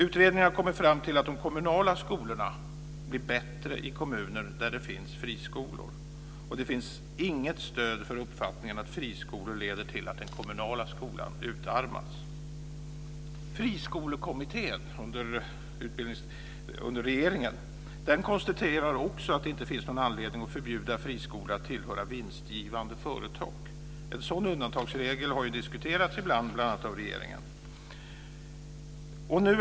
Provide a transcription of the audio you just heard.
Utredningen har kommit fram till att de kommunala skolorna blir bättre i kommuner där det finns friskolor. Det finns inget stöd för uppfattningen att friskolor leder till att den kommunala skolan utarmas. Friskolekommittén under regeringen konstaterar också att det inte finns någon anledning att förbjuda friskolor att tillhöra vinstgivande företag. En sådan undantagsregel har ju diskuterats ibland, bl.a. av regeringen.